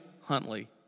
Huntley